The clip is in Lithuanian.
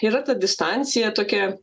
yra ta distancija tokia